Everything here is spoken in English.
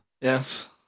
Yes